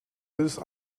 this